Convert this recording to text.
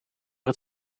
het